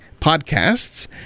podcasts